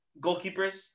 Goalkeepers